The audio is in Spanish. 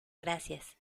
gracias